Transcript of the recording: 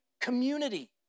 community